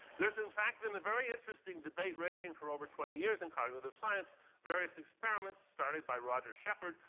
there's in fact been a very interesting debate raging for over twenty years in cognitive science various experiments started by roger shepherd,